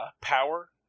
power